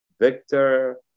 Victor